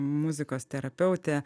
muzikos terapeutė